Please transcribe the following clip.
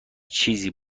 چیزی